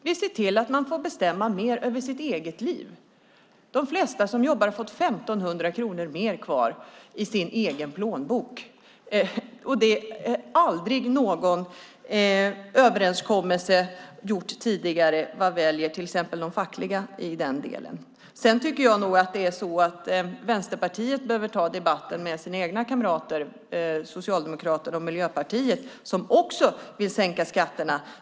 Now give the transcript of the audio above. Vi ser till att man får bestämma mer över sitt eget liv. De flesta som jobbar har fått 1 500 kronor mer kvar i sin egen plånbok. Det har aldrig någon överenskommelse gjort tidigare vad gäller till exempel de fackliga i den delen. Jag tycker nog att Vänsterpartiet behöver ta debatten med sina egna kamrater, Socialdemokraterna och Miljöpartiet, som också vill sänka skatterna.